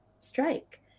strike